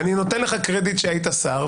אני נותן לך קרדיט שהיית שר,